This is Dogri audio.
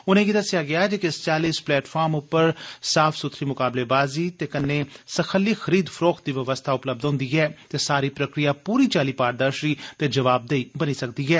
उनेंगी दस्सेआ गेआ जे किस चाल्ली इस प्लेटफाग्र पर इक साफ सुथरी मकाबलेबाजी ते कन्नै सखल्ली खरीद फरोख्त दी बवस्था उपलब्ध होंदी ऐ ते सारी प्रक्रिया पूरी चाल्ली पारदर्शी ते जवाबदेह् बनी दी रौंह्दी ऐ